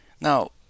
now